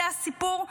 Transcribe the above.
זה הסיפור?